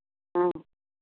हाँ